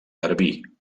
garbí